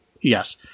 Yes